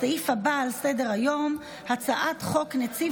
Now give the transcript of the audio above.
הסעיף הבא על סדר-היום: הצעת חוק נציב